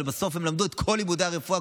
אבל בסוף הם למדו את כל לימודי הרפואה,